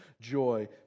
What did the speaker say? joy